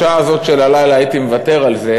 בשעה הזאת של הלילה הייתי מוותר על זה,